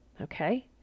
Okay